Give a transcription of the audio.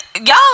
y'all